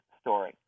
story